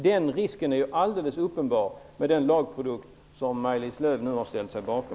Den risken är alldeles uppenbar med den lagprodukt som Maj-Lis Lööw nu har ställt sig bakom.